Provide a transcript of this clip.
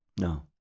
No